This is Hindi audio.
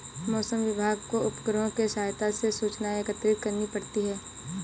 मौसम विभाग को उपग्रहों के सहायता से सूचनाएं एकत्रित करनी पड़ती है